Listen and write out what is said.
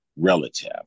relative